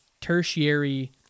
tertiary